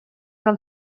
del